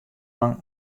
lang